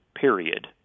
period